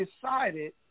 decided